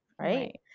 right